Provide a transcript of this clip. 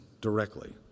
directly